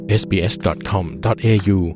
sbs.com.au